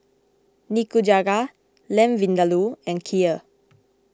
Nikujaga Lamb Vindaloo and Kheer